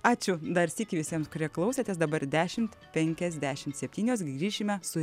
ačiū dar sykį visiems kurie klausėtės dabar dešimt penkiasdešim septynios grįšime su